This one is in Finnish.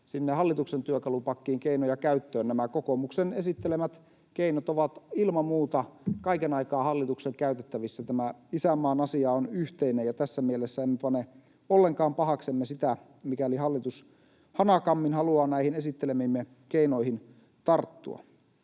sinne hallituksen työkalupakkiin keinoja käyttöön. Nämä kokoomuksen esittelemät keinot ovat ilman muuta kaiken aikaa hallituksen käytettävissä. Tämä isänmaan asia on yhteinen, ja tässä mielessä emme pane ollenkaan pahaksemme sitä, mikäli hallitus hanakammin haluaa näihin esittelemiimme keinoihin tarttua.